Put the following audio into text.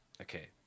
Okay